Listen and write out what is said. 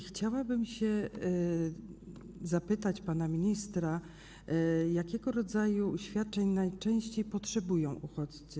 Chciałabym zapytać pana ministra: Jakiego rodzaju świadczeń najczęściej potrzebują uchodźcy?